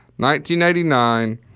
1989